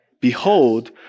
behold